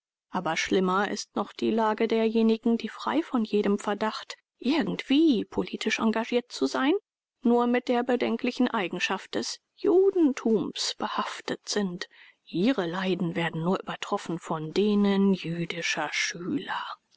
aber schlimmer ist noch die lage derjenigen die frei von jedem verdacht irgendwie politisch engagiert zu sein nur mit der bedenklichen eigenschaft des judentums behaftet sind ihre leiden werden nur übertroffen von denen jüdischer schüler